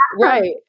right